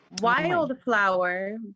wildflower